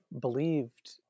believed